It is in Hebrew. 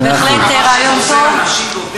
זה בהחלט רעיון טוב.